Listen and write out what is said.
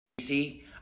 See